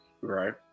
Right